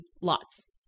lots